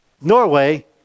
Norway